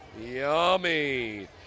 Yummy